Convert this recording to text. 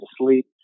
asleep